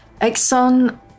Exxon